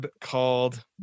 called